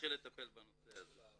להתחיל לטפל בנושא הזה.